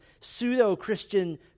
pseudo-Christian